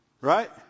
Right